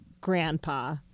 grandpa